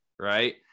right